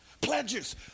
Pledges